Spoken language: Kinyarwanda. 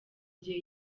gihe